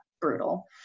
Brutal